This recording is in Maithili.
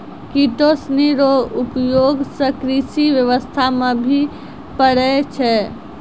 किटो सनी रो उपयोग से कृषि व्यबस्था मे भी पड़ै छै